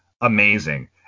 amazing